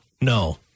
No